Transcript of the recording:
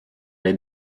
les